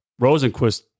Rosenquist